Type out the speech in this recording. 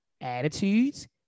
attitudes